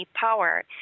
Power